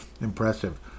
Impressive